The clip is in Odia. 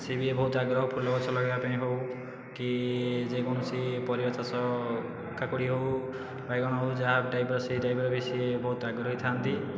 ସେ ବି ବହୁତ ଆଗ୍ରହ ଫୁଲଗଛ ଲଗେଇବା ପାଇଁ ହେଉ କି ଯେକୌଣସି ପରିବା ଚାଷ କାକୁଡ଼ି ହେଉ ବାଇଗଣ ହେଉ ଯାହା ଟାଇପ୍ର ସେଇ ଟାଇପ୍ର ବି ସିଏ ବହୁତ ଆଗ୍ରହୀ ଥାଆନ୍ତି